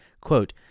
Quote